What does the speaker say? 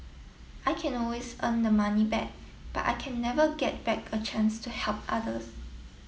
I can always earn the money back but I can never get back a chance to help others